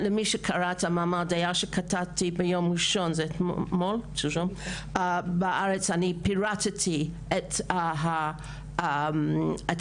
במאמר שכתבתי ביום ראשון ב'הארץ' אני פירטתי את הנושא.